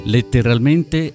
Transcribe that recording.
Letteralmente